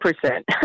percent